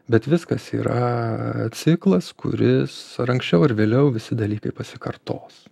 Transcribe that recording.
bet viskas yra ciklas kuris anksčiau ar vėliau visi dalykai pasikartos